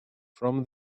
from